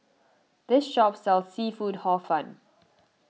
this shop sells Seafood Hor Fun